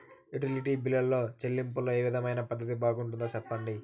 Utility బిల్లులో చెల్లింపులో ఏ విధమైన పద్దతి బాగుంటుందో సెప్పండి?